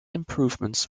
improvements